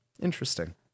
interesting